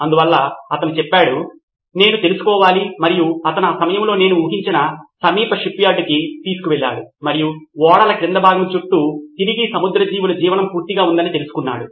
అందువల్ల అతను చెప్పాడు నేను తెలుసుకోవాలి మరియు అతను ఆ సమయంలో నేను ఊహించిన సమీప షిప్యార్డ్కు తీసుకువెళ్ళాడు మరియు ఓడల క్రింద భాగం చుట్టూ తిరిగి సముద్ర జీవనం పూర్తిగా ఉందని తెలుసుకున్నాడు